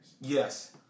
Yes